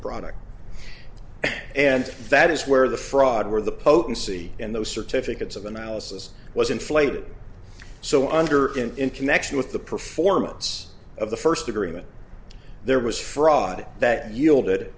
product and that is where the fraud where the potency in those certificates of analysis was inflated so under him in connection with the performance of the first agreement there was fraud that yielded